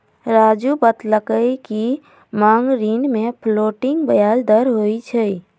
राज़ू बतलकई कि मांग ऋण में फ्लोटिंग ब्याज दर होई छई